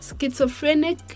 schizophrenic